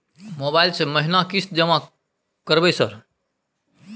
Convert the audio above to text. Mobile से महीना किस्त जमा करबै सर?